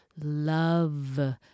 love